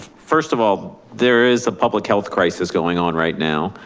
first of all, there is a public health crisis going on right now.